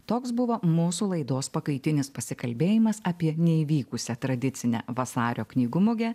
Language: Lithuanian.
toks buvo mūsų laidos pakaitinis pasikalbėjimas apie neįvykusią tradicinę vasario knygų mugę